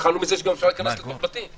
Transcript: התחלנו מזה שגם אפשר להיכנס לתוך בתים.